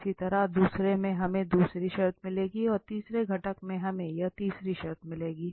इसी तरह दूसरे से हमें दूसरी शर्त मिलेगी और तीसरे घटक से हमें यह तीसरी शर्त मिलेगी